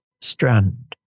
strand